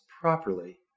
properly